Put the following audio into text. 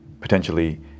potentially